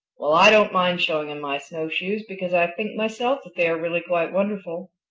well, i don't mind showing him my snowshoes because i think myself that they are really quite wonderful.